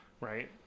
Right